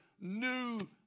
new